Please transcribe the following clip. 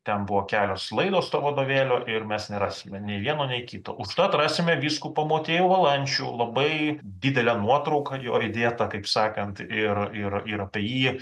ten buvo kelios laidos to vadovėlio ir mes nerasime nei vieno nei kito užtat rasime vyskupą motiejų valančių labai didelę nuotrauką jo įdėtą kaip sakant ir ir ir apie jį